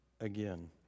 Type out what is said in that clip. Again